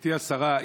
גברתי השרה,